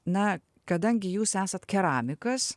na kadangi jūs esat keramikas